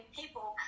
people